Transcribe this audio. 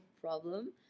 problem